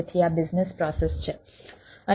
તેથી આ business process છે